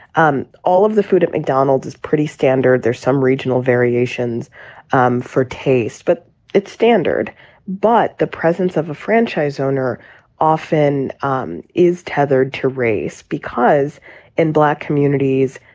um all of the food at mcdonald's is pretty standard. there's some regional variations um for taste, but it's standard but the presence of a franchise owner often um is tethered to race because in black communities,